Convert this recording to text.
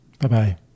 Bye-bye